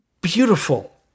beautiful